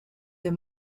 des